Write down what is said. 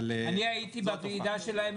הייתי בוועידה שלהם,